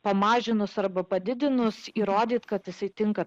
pamažinus arba padidinus įrodyti kad esi tinka